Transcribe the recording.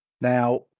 now